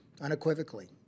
unequivocally